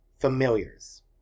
Familiars